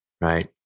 right